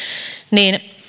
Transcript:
niin